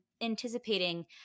anticipating